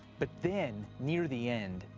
but then near the end,